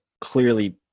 clearly